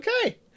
Okay